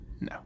No